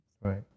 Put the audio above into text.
Right